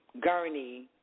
gurney